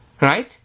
right